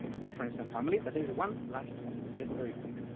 with friends and family. but there's one last point, just very quick.